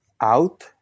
out